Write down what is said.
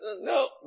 no